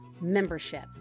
membership